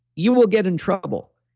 you will get in trouble.